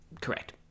Correct